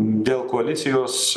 dėl koalicijos